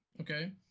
Okay